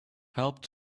helped